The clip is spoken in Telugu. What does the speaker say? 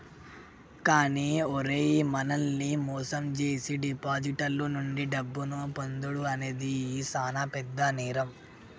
కానీ ఓరై మనల్ని మోసం జేసీ డిపాజిటర్ల నుండి డబ్బును పొందుడు అనేది సాన పెద్ద నేరం